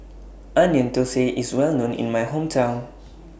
Onion Thosai IS Well known in My Hometown